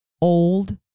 old